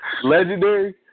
Legendary